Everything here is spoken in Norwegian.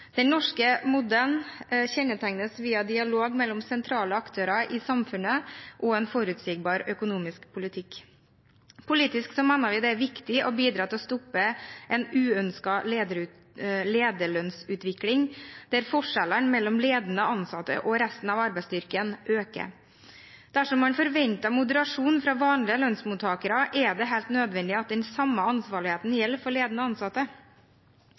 Den norske modellen kjennetegnes av dialog mellom sentrale aktører i samfunnet og en forutsigbar økonomisk politikk. Politisk, som ellers, er det viktig å bidra til å stoppe uønsket lederlønnsutvikling, der forskjellen mellom ledende ansatte og resten av arbeidsstyrken øker. Dersom man forventer moderasjon fra vanlige lønnsmottakere, er det helt nødvendig at den samme ansvarligheten gjelder for ledende ansatte.